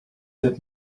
that